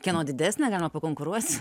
kieno didesnė galima pakonkuruot